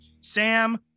Sam